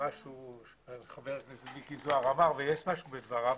משהו בדברי חבר הכנסת זוהר ויש משהו בדבריו